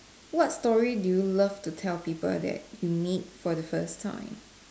what story do you love to tell people that you meet for the first time